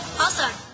Awesome